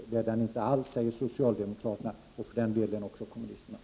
Det är den inte alls, säger socialdemokraterna, och för den delen också kommunisterna.